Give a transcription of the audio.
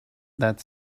that